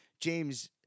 James